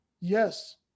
Yes